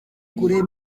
kure